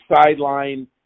sideline